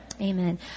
Amen